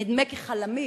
נדמה כי "חלמיש",